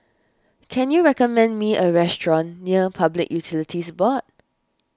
can you recommend me a restaurant near Public Utilities Board